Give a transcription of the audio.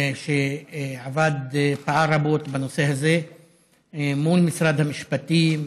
שעבד ופעל רבות בנושא הזה מול משרד המשפטים,